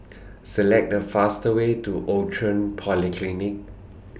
Select The fastest Way to Outram Polyclinic